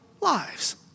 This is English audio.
lives